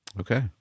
Okay